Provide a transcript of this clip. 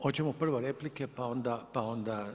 Hoćemo prvo replike pa onda.